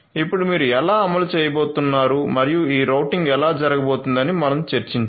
ఇప్పుడు మీరు ఎలా అమలు చేయబోతున్నారు మరియు ఈ రౌటింగ్ ఎలా జరగబోతోంది అని మనం చర్చిస్తాము